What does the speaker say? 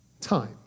time